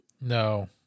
No